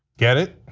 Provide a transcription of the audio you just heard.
get it?